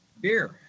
Beer